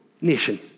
nation